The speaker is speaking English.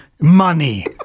money